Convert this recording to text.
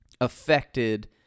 affected